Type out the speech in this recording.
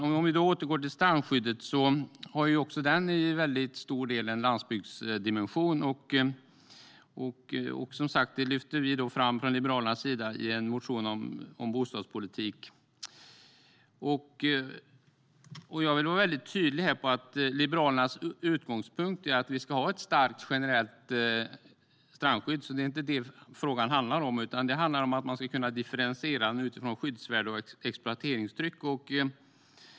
För att återgå till strandskyddet har också det till stor del en landsbygdsdimension. Det lyfter vi som sagt fram från Liberalernas sida i en motion om bostadspolitik. Jag vill vara tydlig med att Liberalernas utgångspunkt är att vi ska ha ett starkt generellt strandskydd, men det handlar om att man ska kunna differentiera det utifrån skyddsvärde och exploateringstryck.